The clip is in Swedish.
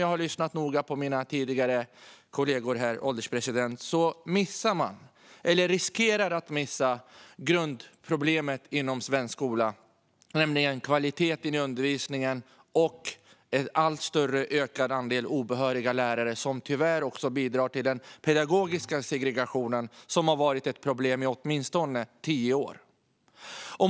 Jag har lyssnat noga på de tidigare talarna, herr ålderspresident, och tyvärr kan jag konstatera att man missar eller riskerar att missa grundproblemet i svensk skola, nämligen kvaliteten i undervisningen och den allt större andelen obehöriga lärare. Det bidrar tyvärr till den pedagogiska segregation som har varit ett problem i åtminstone tio år.